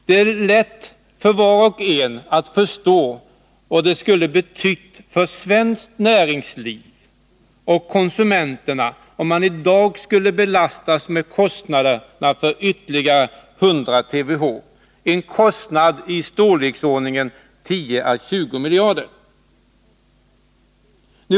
Det är lätt för var och en att förstå vad det skulle ha betytt för svenskt näringsliv och för konsumenterna om man i dag skulle ha belastats med kostnaderna för ytterligare 100 TWh — en kostnad i storleksordningen 10 å 20 miljarder kronor.